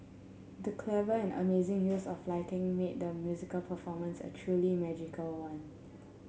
the clever and amazing use of lighting made the musical performance a truly magical one